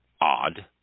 odd